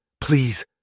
Please